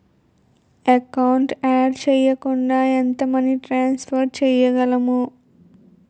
Account add చేయకుండా ఎంత money transfer చేయగలము?